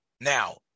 Now